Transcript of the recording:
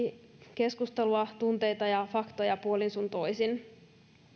keskustelua tunteita ja faktoja puolin sun toisin